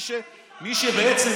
מי שבעצם,